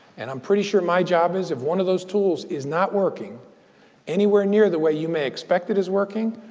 and i'm pretty sure my job is if one of those tools is not working anywhere near the way you may expect it is working,